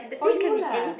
for you lah